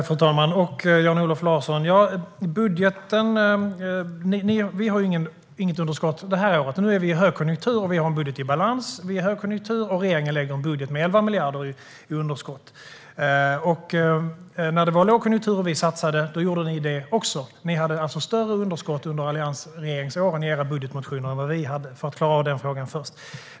Fru talman! Vi har inget budgetunderskott det här året. Nu är vi i högkonjunktur, och vi har en budget i balans. Det är högkonjunktur, och regeringen lägger fram en budget med 11 miljarder i underskott. När det var lågkonjunktur och vi satsade, då gjorde ni det också. Ni hade alltså större underskott under åren med alliansregeringen i era budgetmotioner än vad vi hade.